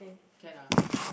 can ah okay